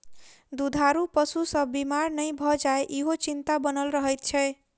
दूधारू पशु सभ बीमार नै भ जाय, ईहो चिंता बनल रहैत छै